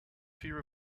fear